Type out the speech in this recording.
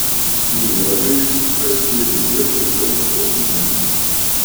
grioviui iškasti reikės daugiau talkininkų